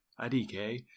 IDK